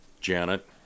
Janet